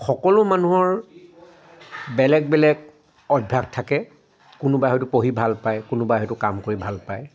সকলো মানুহৰ বেলেগ বেলেগ অভ্যাস থাকে কোনোবাই হয়তো পঢ়ি ভাল পায় কোনোবাই হয়তো কাম কৰি ভাল পায়